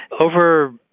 Over